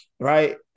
Right